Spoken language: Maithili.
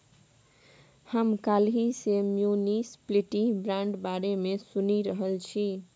हम काल्हि सँ म्युनिसप्लिटी बांडक बारे मे सुनि रहल छी